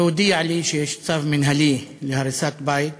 והודיע לי שיש צו מינהלי להריסת בית